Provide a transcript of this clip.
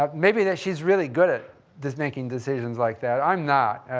um may be that she's really good at just making decisions like that i'm not.